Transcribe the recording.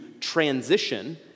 transition